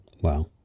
Wow